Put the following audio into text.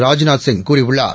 ராஜ்நாத் சிங் கூறியுள்ளார்